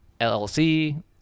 LLC